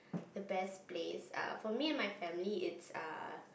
the best place ah for me and my family is uh